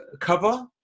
cover